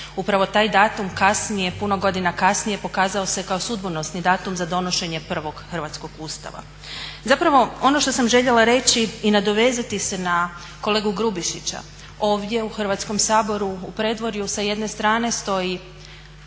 Upravo taj datum kasnije, puno godina kasnije pokazao se kao sudbonosni datum za donošenje prvog Hrvatskog ustava. Zapravo ono što sam željela reći i nadovezati se na kolegu Grubišića, ovdje u Hrvatskom saboru u predvorju sa jedne strane stoji